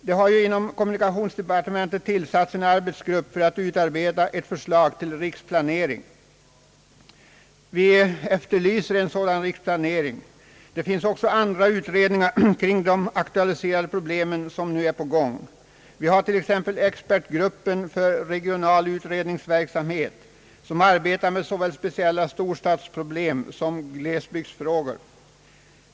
Det har inom kommunikationsdepartementet tillsatts en arbetsgrupp för att utarbeta ett förslag till riksplanering. Vi efterlyser resultat av denna. Det finns också andra pågående utredningar kring de aktualiserade problemen. Vi har t.ex. expertgruppen för regional utredningsverksamhet, som arbetar med såväl speciella storstadsproblem som glesbygdsfrågor.